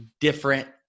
different